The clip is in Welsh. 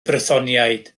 brythoniaid